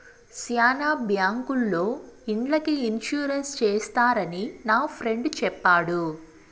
శ్యానా బ్యాంకుల్లో ఇండ్లకి ఇన్సూరెన్స్ చేస్తారని నా ఫ్రెండు చెప్పాడు